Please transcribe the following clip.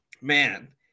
man